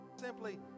simply